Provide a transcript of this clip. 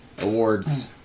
awards